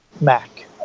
Mac